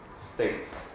states